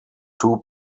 two